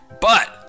But-